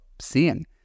seeing